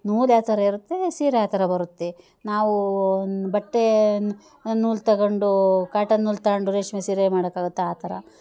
ನೂಲು ಯಾವ್ಥರ ಇರುತ್ತೆ ಸೀರೆ ಆ ಥರ ಬರುತ್ತೆ ನಾವು ಬಟ್ಟೆ ನೂಲು ತೊಗೊಂಡು ಕಾಟನ್ ನೂಲು ತೊಗೊಂಡು ರೇಷ್ಮೆ ಸೀರೆ ಮಾಡೋಕ್ಕಾಗುತ್ತಾ ಆ ಥರ